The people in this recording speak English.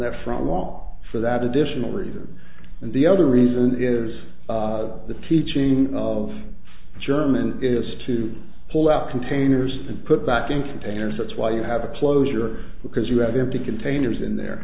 that front wall for that additional reason and the other reason is the teaching of german is to pull out containers and put back in containers that's why you have a pleasure because you have empty containers in there